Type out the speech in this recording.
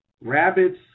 rabbits